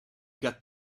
got